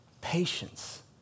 patience